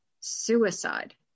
suicide